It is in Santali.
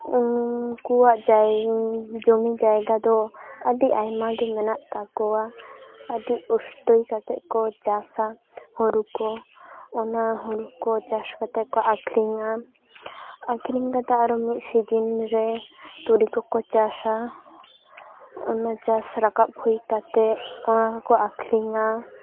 ᱩᱱᱠᱩᱣᱟᱜ ᱡᱟᱭᱻ ᱡᱚᱢᱤ ᱡᱟᱭᱜᱟ ᱫᱚ ᱟᱹᱰᱤ ᱟᱭᱢᱟᱜᱮ ᱢᱮᱱᱟᱜ ᱛᱟᱠᱚᱣᱟ ᱟᱹᱰᱤ ᱩᱥᱛᱟᱹᱨ ᱠᱟᱛᱮᱫ ᱠᱚ ᱪᱟᱥᱼᱟ ᱦᱩᱲᱩ ᱠᱚ ᱚᱱᱟ ᱦᱩᱲᱩ ᱠᱚ ᱪᱟᱥ ᱠᱟᱛᱮᱫ ᱠᱚ ᱟᱠᱷᱨᱤᱧᱟ ᱟᱠᱷᱨᱤᱧ ᱠᱟᱛᱮᱫ ᱟᱨᱚ ᱢᱤᱫ ᱥᱤᱡᱮᱱ ᱨᱮ ᱛᱩᱲᱤ ᱠᱚᱠᱚ ᱪᱟᱥᱼᱟ ᱚᱱᱟ ᱪᱟᱥ ᱨᱟᱠᱟᱵ ᱦᱩᱭ ᱠᱟᱛᱮᱫ ᱚᱱᱟ ᱦᱚᱸᱠᱚ ᱟᱠᱷᱨᱤᱧᱟ